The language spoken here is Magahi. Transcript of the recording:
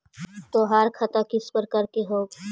तोहार खता किस प्रकार के हवअ